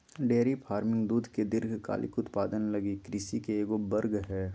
dairy farming दूध के दीर्घकालिक उत्पादन लगी कृषि के एगो वर्ग हइ